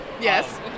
yes